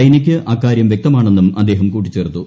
ചൈനയ്ക്ക് അക്കാര്യം വ്യക്തമാണെന്നും അദ്ദേഹം കൂട്ടിച്ചേർത്തു